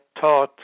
taught